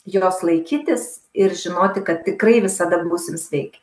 jos laikytis ir žinoti kad tikrai visada būsim sveiki